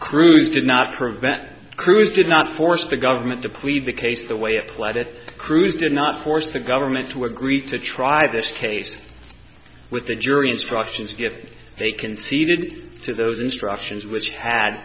cruise did not prevent cruise did not force the government to plead the case the way applied a cruise did not force the government to agree to try this case with the jury instructions get they conceded to those instructions which had